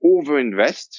overinvest